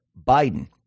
Biden